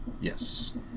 Yes